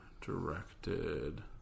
directed